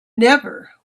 never